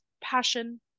passion